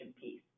piece